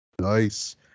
Nice